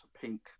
pink